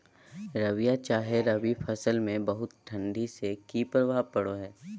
रबिया चाहे रवि फसल में बहुत ठंडी से की प्रभाव पड़ो है?